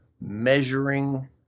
measuring